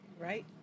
right